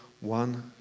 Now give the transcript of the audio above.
one